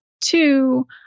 two